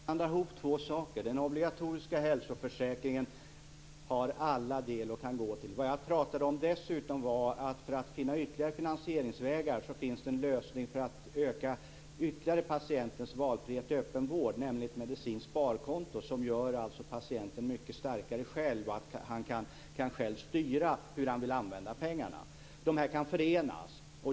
Fru talman! Jag tror att Catherine Persson blandar ihop två saker. Den obligatoriska hälsoförsäkringen har alla del av. Vad jag dessutom talade om var ytterligare finansieringsvägar. Det finns en lösning för att ytterligare öka patientens valfrihet i öppen vård, nämligen ett medicinskt sparkonto som gör patienten mycket starkare, han kan själv styra hur han vill använda pengarna. Dessa två kan förenas.